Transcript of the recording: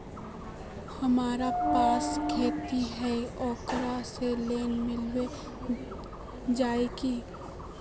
हमरा पास खेती है ओकरा से लोन मिलबे जाए की?